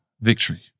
victory